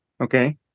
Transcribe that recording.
Okay